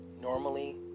Normally